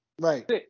Right